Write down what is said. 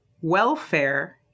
welfare